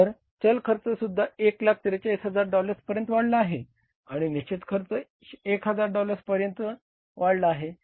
तर चल खर्चसुद्धा 143000 डॉलर्स पर्यंत वाढला आहे आणि निश्चित खर्च 1000 डॉलर्स पर्यंत वाढला आहे